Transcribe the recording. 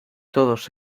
todos